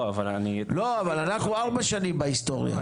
אבל אנחנו ארבע שנים בהיסטוריה,